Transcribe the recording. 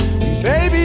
Baby